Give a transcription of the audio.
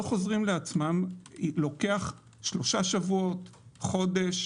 חוזרות לעצמן ושלוקח שלושה שבועות ואף חודש,